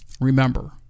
remember